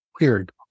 weird